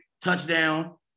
touchdown